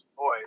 Boy